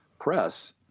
press